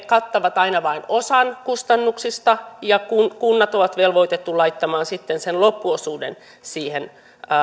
kattavat aina vain osan kustannuksista ja kunnat ovat velvoitettuja laittamaan sitten sen loppuosuuden siihen